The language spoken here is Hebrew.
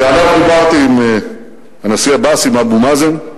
שעליו דיברתי עם הנשיא עבאס, עם אבו מאזן,